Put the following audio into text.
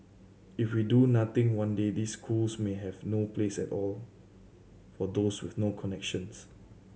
if we do nothing one day these schools may have no place at all for those with no connections